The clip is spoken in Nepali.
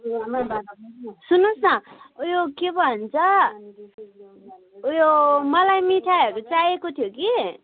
सुन्नु होस् न उयो के भन्छ उयो मलाई मिठाईहरू चाहिएको थियो कि